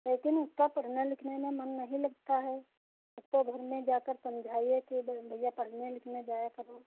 लेकिन उसका पढ़ने लिखने में मन नहीं लगता है उसको घर में जाकर समझाइए कि ब भैया पढ़ने लिखने जाया करो